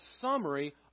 summary